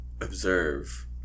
Observe